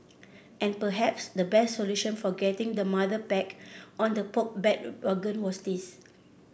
and perhaps the best solution for getting the mother back on the Poke bandwagon was this